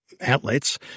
outlets